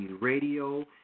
Radio